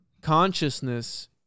consciousness